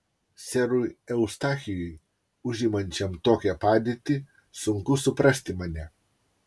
serui eustachijui užimančiam tokią padėtį sunku suprasti mane